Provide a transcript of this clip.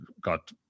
got